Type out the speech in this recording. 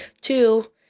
two